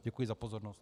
Děkuji za pozornost.